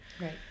Right